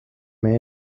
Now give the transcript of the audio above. may